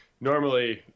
normally